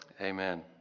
Amen